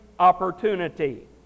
opportunity